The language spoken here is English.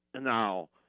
Now